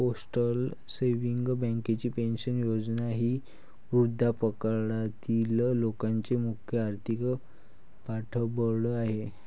postal savings बँकेची pension योजना ही वृद्धापकाळातील लोकांचे मुख्य आर्थिक पाठबळ आहे